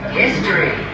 history